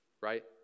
right